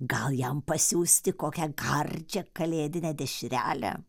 gal jam pasiųsti kokią karčią kalėdinę dešrelę